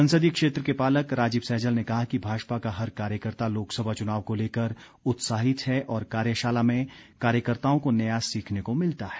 संसदीय क्षेत्र के पालक राजीव सहजल ने कहा कि भाजपा का हर कार्यकर्ता लोकसभा चुनाव को लेकर उत्साहित है और कार्यशाला में कार्यकर्ताओं को नया सीखने को मिलता है